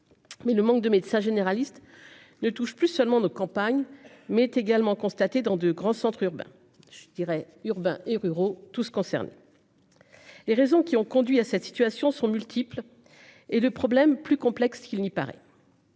Mais le manque de médecins généralistes ne touche plus seulement de campagne mais également constatée dans de grands centres urbains je dirais urbains et ruraux tous ceux concernés. Les raisons qui ont conduit à cette situation sont multiples. Et le problème plus complexe qu'il n'y paraît.